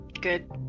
Good